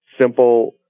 simple